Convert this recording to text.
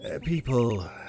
People